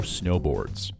snowboards